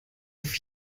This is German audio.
auf